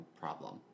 problem